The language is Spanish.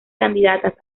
candidatas